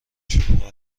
شلوغ